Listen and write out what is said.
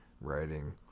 writing